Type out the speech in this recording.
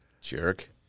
jerk